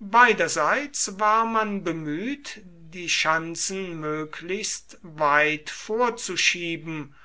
beiderseits war man bemüht die schanzen möglichst weit vorzuschieben